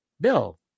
bill